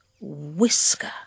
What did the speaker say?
whisker